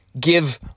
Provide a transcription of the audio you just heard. give